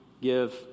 give